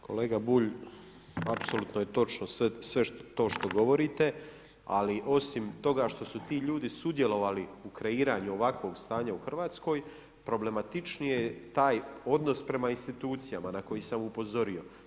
Kolega Bulj, apsolutno je točno sve to što govorite, ali osim toga što su ti ljudi sudjelovali u kreiranju ovakvog stanja u Hrvatskoj, problematičniji je taj odnos prema institucijama na koji sam upozorio.